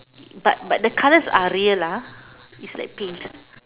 but but the colors are real ah it's like paint